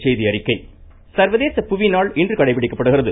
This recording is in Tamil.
புவிநாள் சர்வதேச புவி நாள் இன்று கடைபிடிக்கப்படுகிறது